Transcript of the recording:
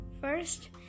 first